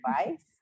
advice